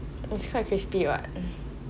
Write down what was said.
it's quite crispy what